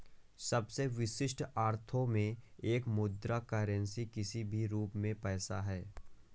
सबसे विशिष्ट अर्थों में एक मुद्रा करेंसी किसी भी रूप में पैसा है